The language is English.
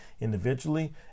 individually